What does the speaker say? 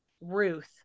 Ruth